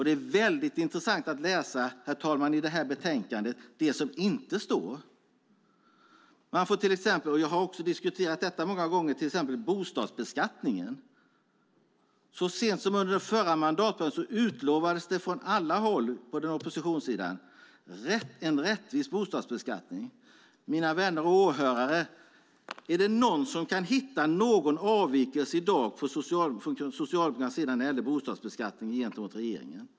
Det är mycket intressant att se det som inte står i det här betänkandet. Jag har diskuterat bostadsbeskattningen många gånger. Så sent som under den förra mandatperioden utlovades en rättvis bostadsbeskattning från alla håll på oppositionssidan. Mina vänner och åhörare, är det någon som i dag kan hitta någon avvikelse från Socialdemokraternas sida när det gäller regeringens förslag till bostadsbeskattning?